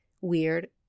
weird